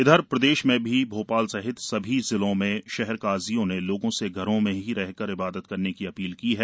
इधर प्रदेश में भी भोपाल सहित सभी जिलों में शहर काजियों ने लोगों से घरों में ही रहकर इबादत करने की अपील की है